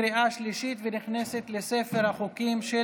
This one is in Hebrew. חבר הכנסת משה